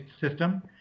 system